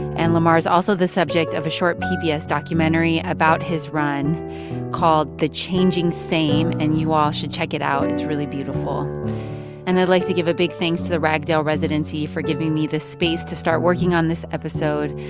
and lamar's also the subject of a short pbs ah documentary about his run called the changing same, and you all should check it out. it's really beautiful and i'd like to give a big thanks to the ragdale residency for giving me the space to start working on this episode.